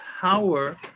power